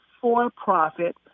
for-profit